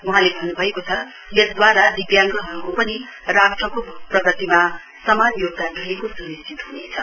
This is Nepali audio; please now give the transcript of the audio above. वहाँले भन्नुभाको छ यसद्वारा दिब्याङ्गहरूको पनि राष्ट्रको प्रगतिमा समान योगदान रहेको सुनिश्चित ह्नेछ